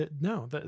no